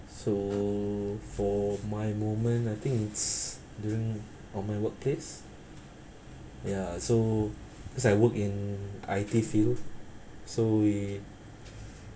so for my moment I think it's during on my workplace ya so cause I work in I_T field so we